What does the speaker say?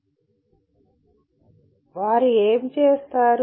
మరియు వారు ఏమి చేస్తారు